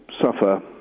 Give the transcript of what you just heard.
suffer